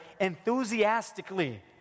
enthusiastically